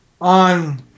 on